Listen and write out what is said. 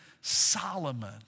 Solomon